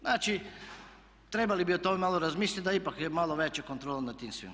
Znači, trebali bi o tome malo razmisliti da ipak je malo veća kontrola nad tim svim.